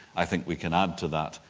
i think we can add to that,